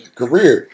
career